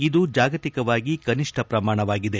ಇದು ಜಾಗತಿಕವಾಗಿ ಕನಿಷ್ಠ ಪ್ರಮಾಣವಾಗಿದೆ